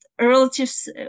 relatives